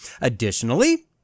additionally